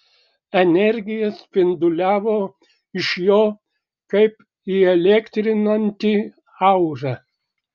energija spinduliavo iš jo kaip įelektrinanti aura